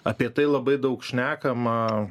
apie tai labai daug šnekama